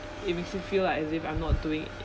it makes me feel like as if I'm not doing uh